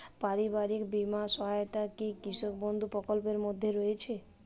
পারিবারিক বীমা সহায়তা কি কৃষক বন্ধু প্রকল্পের মধ্যে রয়েছে?